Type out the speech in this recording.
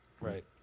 Right